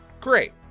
great